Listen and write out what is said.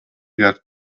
got